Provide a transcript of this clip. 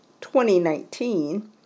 2019